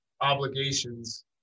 obligations